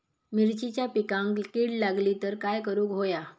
मिरचीच्या पिकांक कीड लागली तर काय करुक होया?